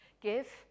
Give